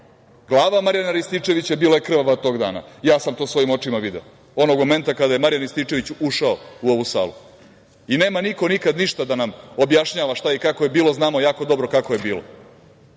Glava Marijana Rističevića bila je krvava tog dana. Ja sam to svojim očima video onog momenta kada je Marijan Rističević ušao u ovu salu. Nema niko nikad ništa da nam objašnjava šta i kako je bilo, znamo jako dobro kako je bilo. Jel